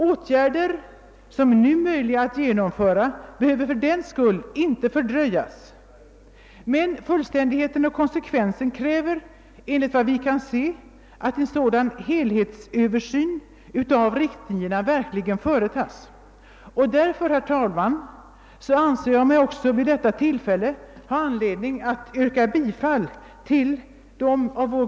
Åtgärder som nu är möjliga att genomföra behöver fördenskull inte fördröjas, men fullständigheten och konsekvensen kräver enligt vår åsikt att en helhetsöversyn av riktlinjerna verkligen sker, och därför, herr talman, anser jag mig vid detta tillfälle ha anledning yrka bifall till de av vår